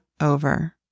over